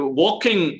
walking